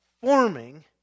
forming